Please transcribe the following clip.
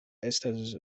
estas